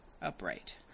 upright